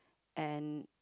and